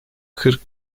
kırk